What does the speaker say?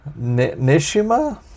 Nishima